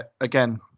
again